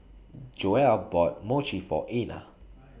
Joelle bought Mochi For Einar